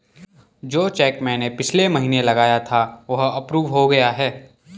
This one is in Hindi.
जो चैक मैंने पिछले महीना लगाया था वह अप्रूव हो गया है